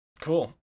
Cool